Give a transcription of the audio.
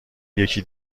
یکی